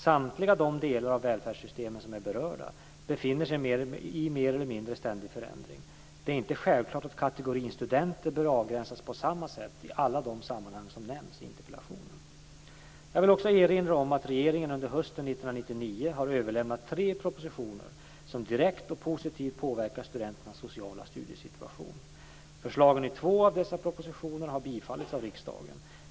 Samtliga de delar av välfärdssystemet som är berörda befinner sig i mer eller mindre ständig förändring. Det är inte självklart att kategorin studenter bör avgränsas på samma sätt i alla de sammanhang som nämns i interpellationen. Jag vill också erinra om att regeringen under hösten 1999 har överlämnat tre propositioner som direkt och positivt påverkar studenternas sociala studiesituation. Förslagen i två av dessa propositioner har bifallits av riksdagen.